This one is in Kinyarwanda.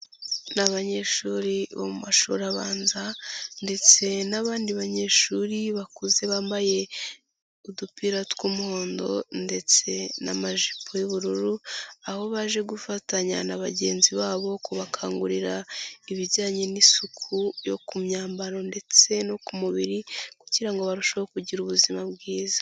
Ni abanyeshuri bo mu mashuri abanza ndetse n'abandi banyeshuri bakuze, bambaye udupira tw'umuhondo ndetse n'amajipo y'ubururu, aho baje gufatanya na bagenzi babo, kubakangurira ibijyanye n'isuku yo ku myambaro ndetse no ku mubiri kugira ngo barusheho kugira ubuzima bwiza.